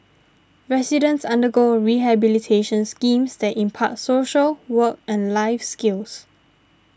residents undergo rehabilitation schemes that impart social work and life skills